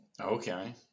Okay